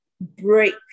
break